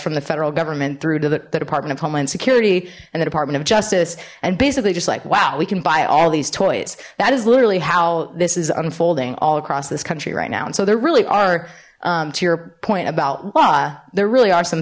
from the federal government through to the department of homeland security and the department of justice and basically just like wow we can buy all these toys that is literally how this is unfolding all across this country right now and so there really are to your point about law there really are some